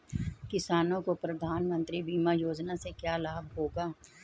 किसानों को प्रधानमंत्री बीमा योजना से क्या लाभ होगा?